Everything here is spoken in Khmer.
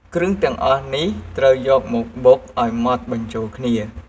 គ្រឿងទាំងអស់នេះត្រូវយកមកបុកឱ្យម៉ត់បញ្ចូលគ្នា។